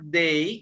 day